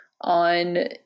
on